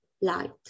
light